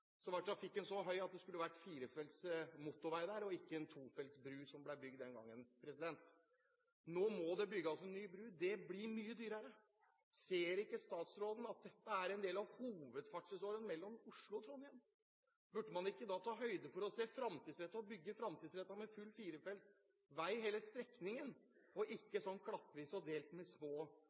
så høy at det skulle vært firefelts motorvei der og ikke en tofelts bro, som den som ble bygd den gangen. Nå må det bygges en ny bro. Det blir mye dyrere. Ser ikke statsråden at dette er en del av hovedferdselsåren mellom Oslo og Trondheim? Burde man ikke da ta høyde for å bygge fremtidsrettet, med full firefelts vei på hele strekningen, og ikke bygge klattvis og delt, med små